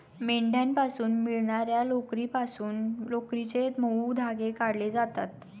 मेंढ्यांपासून मिळणार्या लोकरीपासून लोकरीचे मऊ धागे काढले जातात